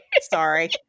sorry